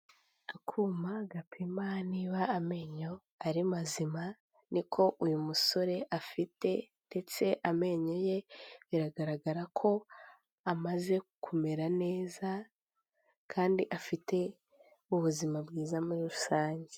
Akuma gapima niba amenyo ari mazima niko uyu musore afite ndetse amenyo ye biragaragara ko amaze kumera neza kandi afite ubuzima bwiza muri rusange.